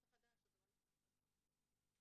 צריך לדעת שזה לא נפתר, זה הכל.